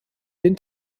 den